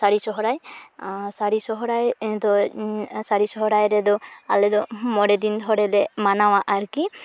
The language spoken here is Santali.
ᱥᱟᱹᱨᱤ ᱥᱚᱨᱦᱟᱭ ᱥᱟᱹᱨᱤ ᱥᱚᱨᱦᱟᱭ ᱫᱚ ᱥᱟᱹᱨᱤ ᱥᱚᱨᱦᱟᱭ ᱨᱮᱫᱚ ᱟᱞᱮᱫᱚ ᱢᱚᱬᱮᱫᱤᱱ ᱫᱷᱚᱨᱮᱞᱮ ᱢᱟᱱᱟᱣᱟ ᱟᱨᱠᱤ